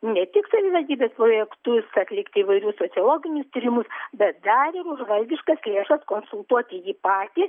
ne tik savivaldybės projektus atlikti įvairius sociologinius tyrimus bet dar ir už valdiškas lėšas konsultuoti jį patį